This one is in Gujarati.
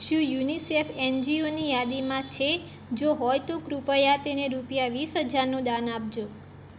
શું યુનિસેફ એન જી ઓની યાદીમાં છે જો હોય તો કૃપયા તેને રૂપિયા વીસ હજારનું દાન આપજો